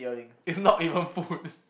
it's not even food